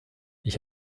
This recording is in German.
ich